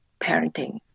parenting